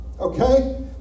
okay